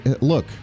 Look